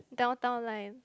Downtown Line